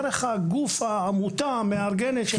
דרך הגוף או העמותה המארגנת,